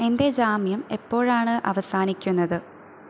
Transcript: എൻ്റെ ജാമ്യം എപ്പോഴാണ് അവസാനിക്കുന്നത്